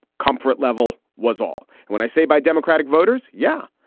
comfort level was all. when i say by democratic voters, yeah,